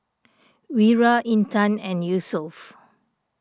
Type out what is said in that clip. Wira Intan and Yusuf